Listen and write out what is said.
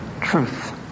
truth